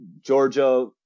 Georgia